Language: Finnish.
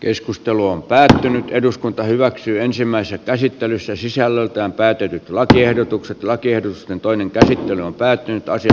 keskustelu on päättynyt eduskunta hyväksyy ensimmäistä käsittelyssä sisällöltään päätetyt lakiehdotukset lakers on toinen käsittely huomioon näissä opintososiaalisissa eduissa